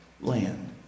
land